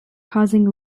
causing